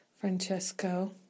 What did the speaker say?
Francesco